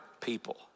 people